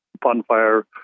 bonfire